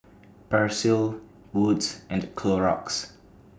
Persil Wood's and Clorox